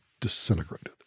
disintegrated